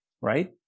right